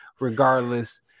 regardless